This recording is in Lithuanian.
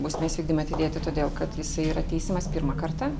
bausmės vykdymą atidėti todėl kad jisai yra teisiamas pirmą kartą